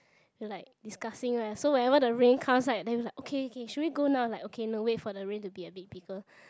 is like discussing leh so whenever the rain comes right then it's like okay okay should we go now like okay no wait for the rain to be a bit bigger